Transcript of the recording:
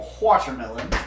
watermelon